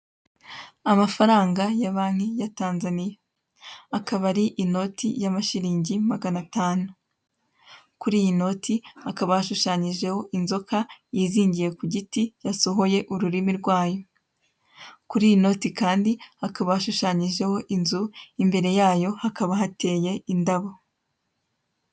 Amafaranga ya banki ya Tanzaniya. Akaba ari inoti y'amashiringi magana atanu. Kuri iyi noti hakaba hashushanyijeho inzoka yizingiye ku giti yasohoye ururimi rwayo. Kuri iyi noti kandi hakaba hashushanyijeho inzu imbere yayo hakaba hateye indabo.